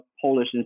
Polish